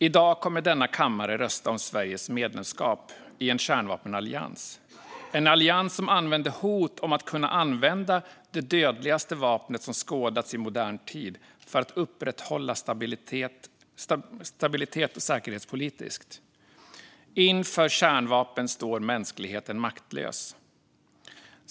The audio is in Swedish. I dag kommer denna kammare att rösta om Sveriges medlemskap i en kärnvapenallians, en allians som använder hot om att kunna använda det dödligaste vapnet som skådats i modern tid för att upprätthålla säkerhetspolitisk stabilitet. Inför kärnvapen står mänskligheten maktlös.